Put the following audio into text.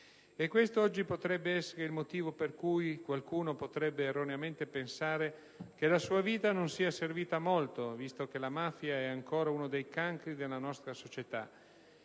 Questo oggi potrebbe essere il motivo per cui qualcuno potrebbe erroneamente pensare che la sua vita non sia servita a molto, visto che la mafia è ancora uno dei «cancri» della nostra società.